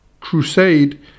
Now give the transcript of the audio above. crusade